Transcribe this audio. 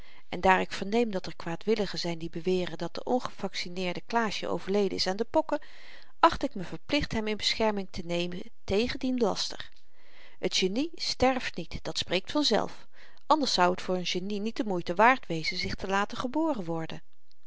en daar ik verneem dat er kwaadwilligen zyn die beweren dat de ongevaccineerde klaasjen overleden is aan de pokken acht ik me verplicht hem in bescherming te nemen tegen dien laster t genie sterft niet dat spreekt vanzelf anders zou t voor n genie niet de moeite waard wezen zich te laten geboren worden